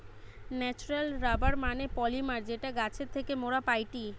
natural rubber মানে polymer যেটা গাছের থেকে মোরা পাইটি